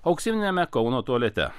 auksiniame kauno tualete